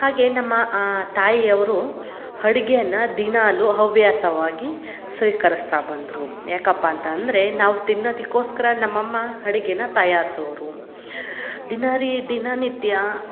ಹಾಗೆ ನಮ್ಮ ತಾಯಿಯವರು ಅಡಿಗೆಯನ್ನ ದಿನಾಗಲು ಹವ್ಯಾಸವಾಗಿ ಸ್ವೀಕರಸ್ತಾ ಬಂದರು ಯಾಕಪ್ಪ ಅಂತಂದರೆ ನಾವು ತಿನ್ನೊದಿಕ್ಕೋಸ್ಕರ ನಮ್ಮ ಅಮ್ಮ ಅಡಿಗೆನ ತಯಾರ್ಸೋರು ದಿನ ರೀ ದಿನ ನಿತ್ಯ